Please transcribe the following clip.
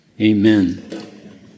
amen